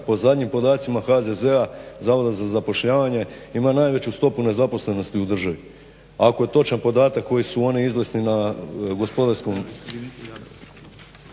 po zadnjim podacima HZZ-a Zavoda za zapošljavanje ima najveću stopu nezaposlenosti u državi ako je točan podatak koji su oni iznesli na gospodarskom.